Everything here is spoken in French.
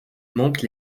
monte